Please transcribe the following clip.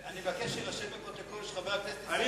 אני מבקש שיירשם בפרוטוקול שחבר הכנסת, אין